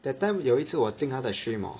that time 有一次我进他的 stream hor